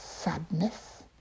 Sadness